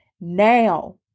now